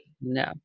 No